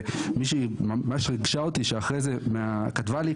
ומישהי ממש ריגשה אותי שאחרי זה כתבה לי,